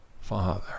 Father